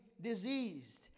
diseased